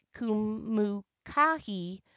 Kumukahi